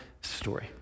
story